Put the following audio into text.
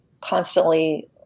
constantly